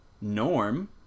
Norm